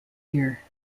here